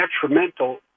detrimental